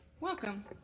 Welcome